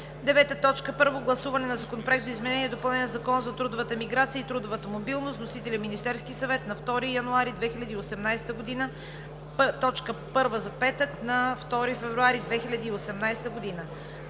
Първо гласуване на Законопроекта за изменение и допълнение на Закона за трудовата миграция и трудовата мобилност. Вносител – Министерският съвет, 2 януари 2018 г. – точка първа за петък, 2 февруари 2018 г.